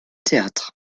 théâtre